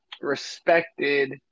respected